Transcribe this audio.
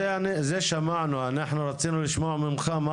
זה שמענו אנחנו רצינו לשמוע ממך מה